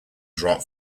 drop